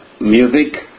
music